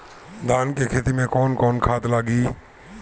धान के खेती में कवन कवन खाद लागी?